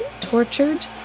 tortured